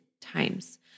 times